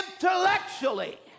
intellectually